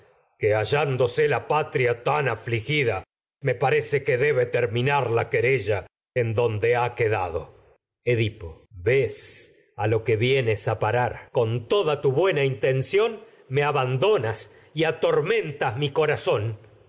que hallándose terminar la la patria tan en afligida me parece debe querella edipo buena razón donde ha quedado yes a lo que vienes a parar con toda tu mi co intención me abandonas y atormentas